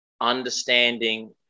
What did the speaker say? understanding